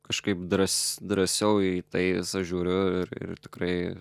kažkaip drąs drąsiau į tai žiūriu ir ir tikrai